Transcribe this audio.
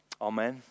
Amen